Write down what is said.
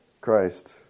Christ